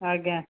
ଆଜ୍ଞା